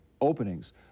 openings